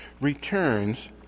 returns